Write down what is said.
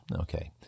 okay